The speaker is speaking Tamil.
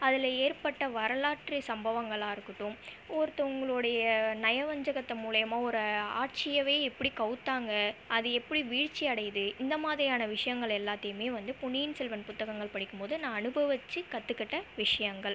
அதில் ஏற்பட்ட வரலாற்று சம்பவங்களாக இருக்கட்டும் ஒருத்தவங்களுடைய நயவஞ்சகத்தை மூலியுமா ஒரு ஆட்சியவே எப்படி கவுத்தாங்க அது எப்படி வீழ்ச்சி அடையுது இந்த மாரியான விஷயங்கள் எல்லாத்தையுமே வந்து பொன்னியின் செல்வன் புத்தகங்கள் படிக்கும் போது நான் அனுபவச்சு கற்றுகிட்ட விஷயங்கள்